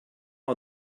are